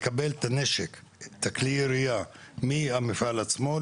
לקבל את כלי הירייה מהמפעל עצמו,